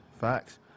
facts